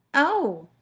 oh!